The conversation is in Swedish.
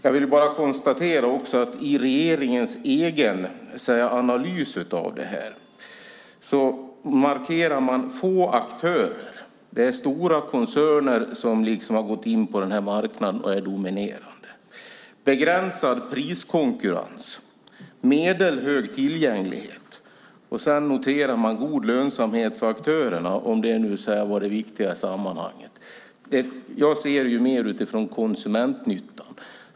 Jag vill också konstatera att i regeringens egen analys av det här markerar man få aktörer. Det är stora koncerner som har gått in på den här marknaden och är dominerande. Det är begränsad priskonkurrens och medelhög tillgänglighet. Sedan noterar man god lönsamhet för aktörerna, om det nu var det viktiga i sammanhanget. Jag ser det mer utifrån konsumentnyttan.